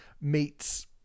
meets